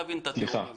הטיעון הזה.